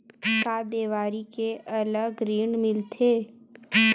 का देवारी के अलग ऋण मिलथे?